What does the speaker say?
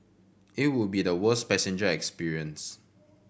it would be the worst passenger experience